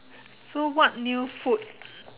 so what new food